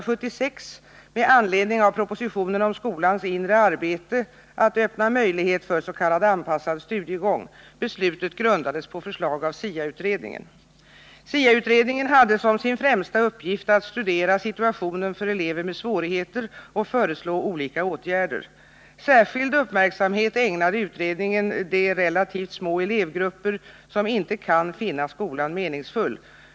SIA-utredningen hade som sin främsta uppgift att studera situationen för elever med svårigheter och föreslå olika åtgärder. Särskild uppmärksamhet ägnade utredningen de relativt små elevgrupper som inte kan finna skolan meningsfull.